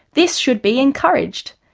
this should be encouraged.